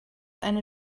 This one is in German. eine